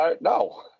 no